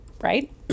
Right